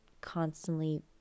constantly